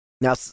Now